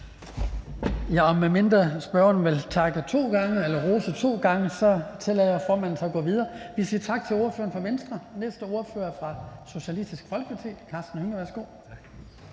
Medmindre spørgeren vil takke eller rose to gange, tillader formanden sig at gå videre. Vi siger tak til ordføreren fra Venstre. Næste ordfører er fra Socialistisk Folkeparti. Karsten Hønge, værsgo. Kl.